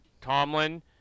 Tomlin